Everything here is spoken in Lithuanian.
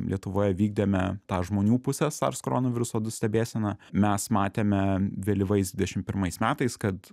lietuvoje vykdėme tą žmonių pusę sars koronaviruso du stebėseną mes matėme vėlyvais dvidešimt pirmais metais kad